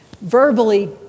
verbally